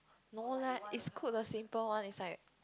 no leh is cook the simple one it's like